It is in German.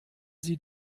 sie